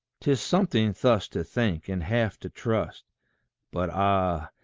tis something thus to think, and half to trust but, ah!